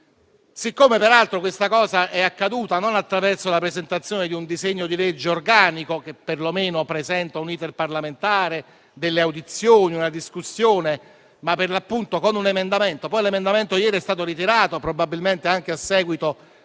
pubblico. Peraltro, ciò non è accaduto attraverso la presentazione di un disegno di legge organico, che perlomeno presenta un *iter* parlamentare, delle audizioni, una discussione, ma con un emendamento, che poi ieri è stato ritirato, probabilmente anche a seguito